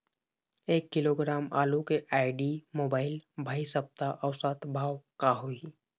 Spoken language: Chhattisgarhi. एक किलोग्राम आलू के आईडी, मोबाइल, भाई सप्ता औसत भाव का होही?